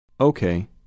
Okay